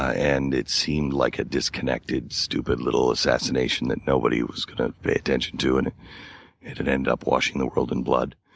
and it seemed like a disconnected, stupid little assassination that nobody was going to pay attention to and and it it ended up washing the world in blood.